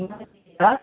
हीँआ बैठ आएँ